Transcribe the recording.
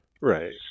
Right